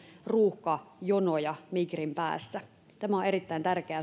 ruuhkajonoja migrin päässä tämä on erittäin tärkeää